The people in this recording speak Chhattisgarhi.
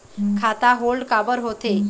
खाता होल्ड काबर होथे?